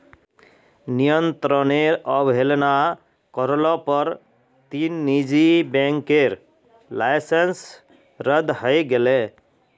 नियंत्रनेर अवहेलना कर ल पर तीन निजी बैंकेर लाइसेंस रद्द हई गेले